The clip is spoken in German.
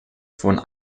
von